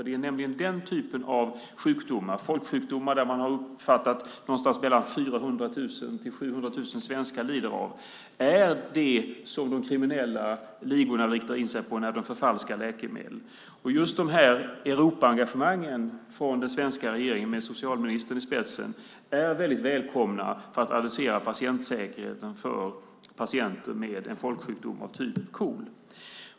Det är nämligen den typ av folksjukdomar som man uppfattat att 400 000-700 000 svenskar lider av som de kriminella ligorna riktar in sig på när de förfalskar läkemedel. Just Europaengagemanget från den svenska regeringens sida, med socialministern i spetsen, är väldigt välkommet när det gäller att adressera patientsäkerheten för dem som har en folksjukdom av typen KOL.